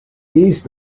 these